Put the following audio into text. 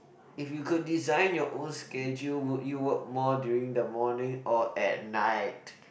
if you could design your own schedule would you work more during the morning or at night